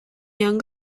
young